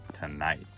tonight